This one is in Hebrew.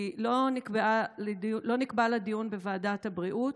לא נקבע לה דיון בוועדת הבריאות,